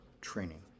training